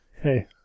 Hey